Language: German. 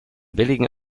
billigen